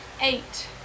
eight